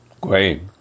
Great